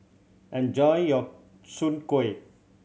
enjoy your soon kway